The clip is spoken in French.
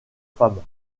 femmes